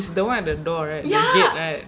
is the one at the door right the gate right